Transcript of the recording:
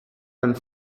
and